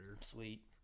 Sweet